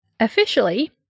Officially